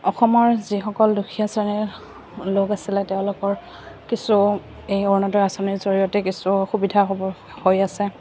অসমৰ যিসকল দুখীয়া শ্ৰেণীৰ লোক আছিলে তেওঁলোকৰ কিছু এই অৰুণোদয় আঁচনিৰ জৰিয়তে কিছু সুবিধা হ'ব হৈ আছে